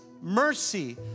mercy